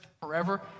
forever